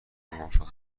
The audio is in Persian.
موافق